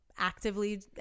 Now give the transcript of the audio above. actively